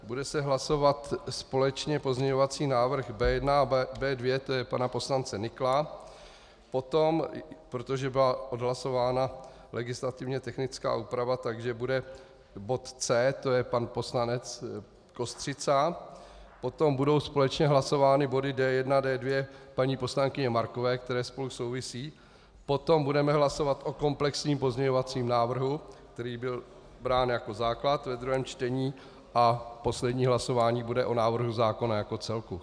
Bude se hlasovat společně pozměňovací návrh B1 a B2 pana poslance Nykla, potom protože byla odhlasována legislativně technická úprava bude bod C, to je pan poslanec Kostřica, potom budou společně hlasovány body D1 a D2 paní poslankyně Markové, které spolu souvisí, potom budeme hlasovat o komplexním pozměňovacím návrhu, který byl brán jako základ ve druhém čtení, a poslední hlasování bude o návrhu zákona jako celku.